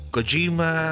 Kojima